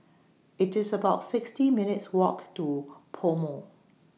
IT IS about sixty minutes' Walk to Pomo